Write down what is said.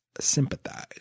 sympathize